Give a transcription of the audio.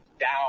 down